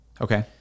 Okay